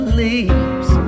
leaves